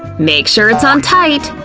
make sure it's on tight!